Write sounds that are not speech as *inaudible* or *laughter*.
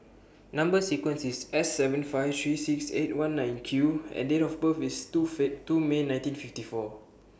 Number sequence IS S seven five three six eight one nine Q and Date of birth IS two *unintelligible* two May nineteen fifty four